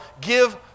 give